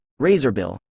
razorbill